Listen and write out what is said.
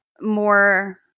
more